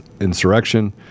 insurrection